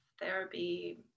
therapy